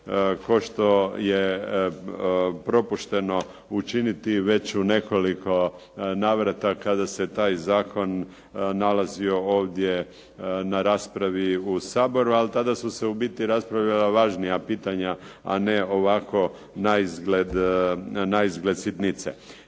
kao što je propušteno učiniti već u nekoliko navrata kada se taj zakon nalazio ovdje na raspravi u Saboru. Ali tada su se u biti raspravljala važnija pitanja, a ne ovako naizgled sitnice.